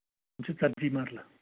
یہِ چھُ ژَتجی مَرلہٕ